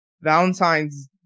Valentine's